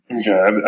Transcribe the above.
Okay